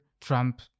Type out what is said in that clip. trump